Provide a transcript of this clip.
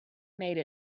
made